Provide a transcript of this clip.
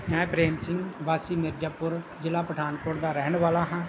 ਮੈਂ ਪ੍ਰੇਮ ਸਿੰਘ ਵਾਸੀ ਮਿਰਜਾਪੁਰ ਜ਼ਿਲ੍ਹਾ ਪਠਾਨਕੋਟ ਦਾ ਰਹਿਣ ਵਾਲਾ ਹਾਂ